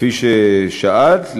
כפי ששאלת,